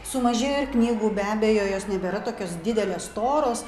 sumažėjo ir knygų be abejo jos nebėra tokios didelės storos